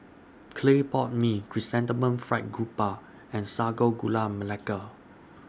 Clay Pot Mee Chrysanthemum Fried Garoupa and Sago Gula Melaka